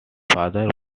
father